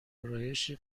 ارایشی